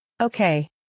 Okay